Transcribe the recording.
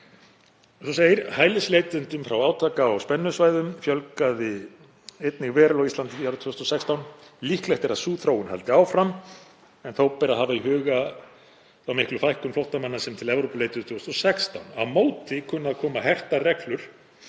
á ný. „Hælisleitendum frá átaka- og spennusvæðum fjölgaði einnig verulega á Íslandi árið 2016. Líklegt er að sú þróun haldi áfram en þó ber að hafa í huga þá miklu fækkun flóttamanna sem til Evrópu leituðu árið 2016. Á móti kunna að koma hertar reglur